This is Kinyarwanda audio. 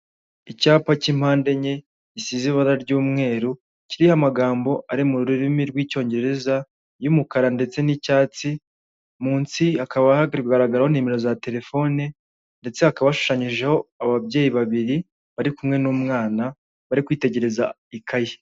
Icyapa cy’impande enye gisize ibara ry’umweru kiriho amagambo ari mu rurimi rw’icyongereza y’umukara ndetse n’icyatsi, munsi hakaba hagaragaraho nimero za telefone, ndetse hakaba ashushanyijeho ababyeyi babiri bari kumwe n’umwana bari kwitegereza ikayi.